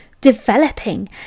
developing